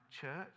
Church